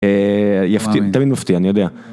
יפתיע, תמיד מפתיע, אני יודע.